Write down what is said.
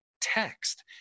text